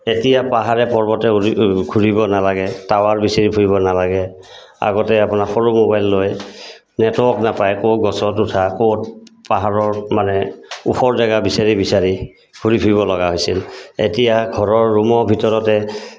এতিয়া পাহাৰে পৰ্বতে ঘূৰিব নালাগে টাৱাৰ বিচাৰি ফুৰিব নালাগে আগতে আপোনাৰ সৰু মোবাইল লৈ নেটৱৰ্ক নাপায় ক'ত গছত উঠা ক'ত পাহাৰৰ মানে ওখ জেগা বিচাৰি বিচাৰি ঘূৰি ফুৰিব লগা হৈছিল এতিয়া ঘৰৰ ৰুমৰ ভিতৰতে